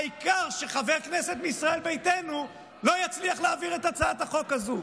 העיקר שחבר כנסת מישראל ביתנו לא יצליח להעביר את הצעת החוק הזו.